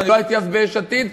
אני לא הייתי אז ביש עתיד,